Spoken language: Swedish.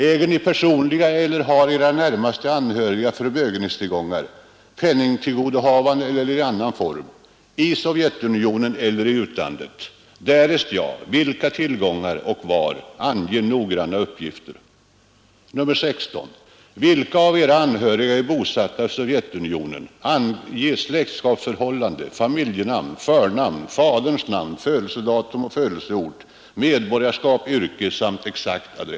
Äger ni personliga eller har era närmaste anhöriga förmögenhetstillgångar — penningtillgodohavanden eller i annan form — i Sovjetunionen eller i utlandet? Därest ja, vilka tillgångar och var ? 16. Vilka av era anhöriga är bosatta i Sovjetunionen ?